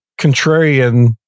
contrarian